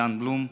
ויאן בלום,